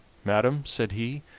madam, said he,